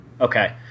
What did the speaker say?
Okay